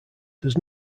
does